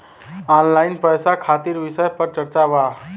Online पैसा खातिर विषय पर चर्चा वा?